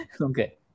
okay